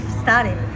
started